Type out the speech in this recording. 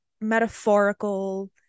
metaphorical